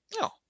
No